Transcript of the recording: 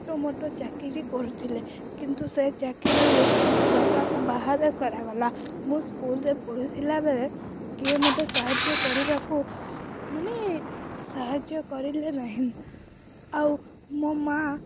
ଛୋଟ ମୋଟ ଚାକିରି କରୁଥିଲେ କିନ୍ତୁ ସେ ଚାକିରିରୁ ମୋ ବାପାଙ୍କୁ ବାହାର କରାଗଲା ମୁଁ ସ୍କୁଲରେ ପଢ଼ୁଥିଲା ବେଳେ କିଏ ମୋତେ ସାହାଯ୍ୟ କରିବାକୁ ମାନେ ସାହାଯ୍ୟ କରିଲେ ନାହିଁ ଆଉ ମୋ ମାଆ